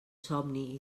somni